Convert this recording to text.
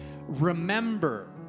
remember